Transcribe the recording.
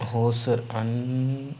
हो सर आणि